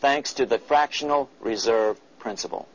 thanks to the fractional reserve principle